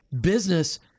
business